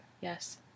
Yes